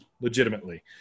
legitimately